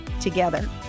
together